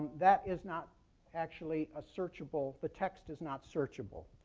that is not actually a searchable the text is not searchable.